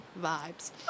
vibes